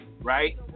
right